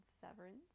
Severance